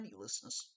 listeners